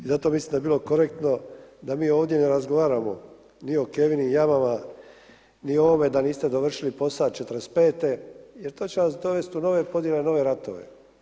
I zato mislim da bi bilo korektno da mi ovdje ne razgovaramo ni o Kevinim jamama, ni o ovome da niste dovršili posa 1945. jer to će vas dovesti u nove pozive na nove ratove.